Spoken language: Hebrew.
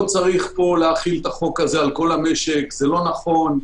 לא צריך להחיל את החוק על כל המשק, זה לא נכון.